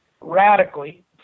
radically